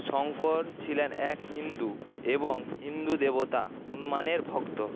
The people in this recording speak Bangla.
শঙ্কর ছিলেন এক হিন্দু এবং হিন্দু দেবতা হনুমানের ভক্ত